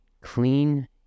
clean